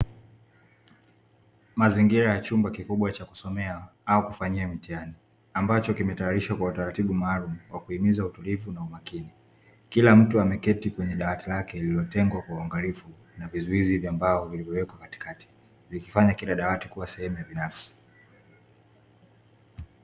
Mazingira ya chumba kikubwa cha kusomea au kufanyia mitihani, ambacho kimetayariswa kwa utaratibu maalumu kwa kuimiza utulivu na umakini, kila mtu ameketi kwenye dawati lake lililo tengwa kwa uangalifu na vizuizi vya mbao vilivyo wekwa katikati, vikifanya kila dawati kuwa sehemu binafsi.